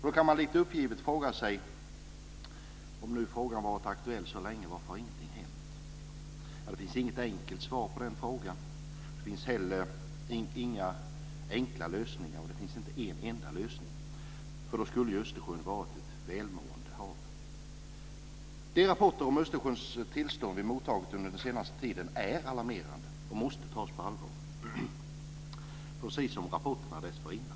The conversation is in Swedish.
Då kan man lite uppgivet fråga sig: Om nu frågan varit aktuell så länge, varför har ingenting hänt? Det finns inget enkelt svar på den frågan. Det finns heller inga enkla lösningar, och det finns inte en enda lösning. Då skulle ju Östersjön ha varit ett välmående hav. De rapporter om Östersjöns tillstånd som vi har mottagit den senaste tiden är alarmerande och måste tas på allvar, precis som rapporterna dessförinnan.